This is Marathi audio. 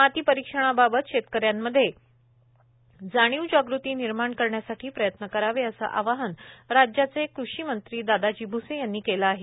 माती परीक्षणाबाबत शेतकऱ्यांमध्ये जाणीवजागृती निर्माण करण्यासाठी प्रयत्न करावे असं आवाहन राज्याचे कृषिमंत्री दादाजी भ्से यांनी केलं आहे